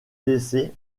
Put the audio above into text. décès